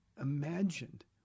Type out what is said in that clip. imagined